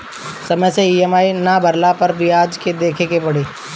समय से इ.एम.आई ना भरला पअ बियाज देवे के पड़ेला